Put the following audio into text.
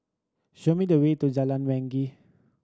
show me the way to Jalan Wangi